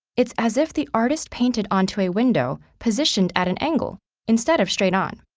it's as if the artist painted onto a window positioned at an angle instead of straight on,